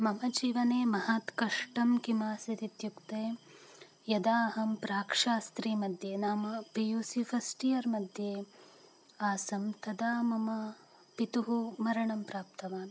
मम जीवने महत्कष्टं किमासीत् इत्युक्ते यदा अहं प्राक्शास्त्री मध्ये नाम P U C first year मध्ये आसं तदा मम पितुः मरणं प्राप्तवान्